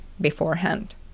beforehand